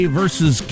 versus